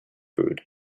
food